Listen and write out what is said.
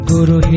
Guru